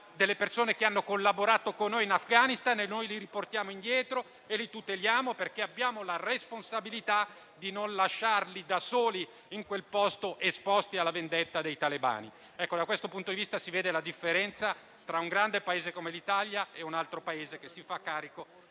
delle persone che hanno collaborato con noi in Afghanistan. Noi li riportiamo indietro e li tuteliamo, perché abbiamo la responsabilità di non lasciarli da soli in quel posto, esposti alla vendetta dei talebani. Ecco, da questo punto di vista si vede la differenza tra un grande Paese come l'Italia, che si fa carico